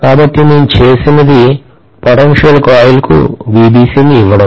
కాబట్టి నేను చేసినది potential coilకు VBC ని యివ్వడం